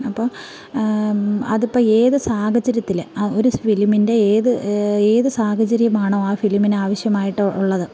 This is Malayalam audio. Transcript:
അപ്പം അതിപ്പോൾ ഏത് സാഹചര്യത്തില് ഒരു ഫിലിമിൻ്റെ ഏത് ഏത് സാഹചര്യമാണോ ആ ഫിലിമിന് ആവശ്യമായിട്ട് ഉള്ളത്